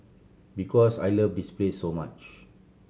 because I love this place so much